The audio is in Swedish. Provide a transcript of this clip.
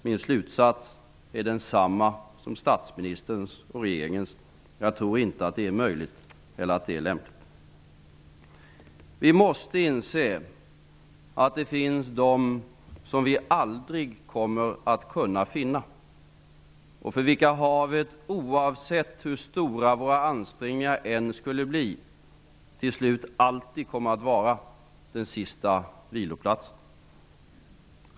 Min slutsats är densamma som statsministerns och regeringens. Jag tror inte att det är möjligt eller att det är lämpligt. Vi måste inse att det finns de som vi aldrig kommer att kunna finna och för vilka havet, oavsett hur stora våra ansträngningar än skulle bli, till slut alltid kommer att vara den sista viloplatsen.